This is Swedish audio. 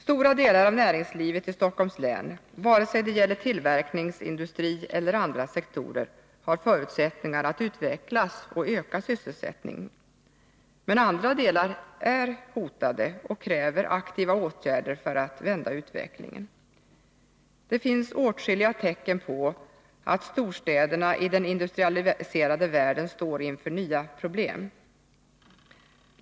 Stora delar av näringslivet i Stockholms län — vare sig det gäller tillverkningsindustri eller andra sektorer — har förutsättningar att utvecklas och öka sysselsättningen. Men andra delar är hotade och kräver aktiva åtgärder för att vända utvecklingen. Det finns åtskilliga tecken på att storstäderna i den industrialiserade världen står inför nya problem.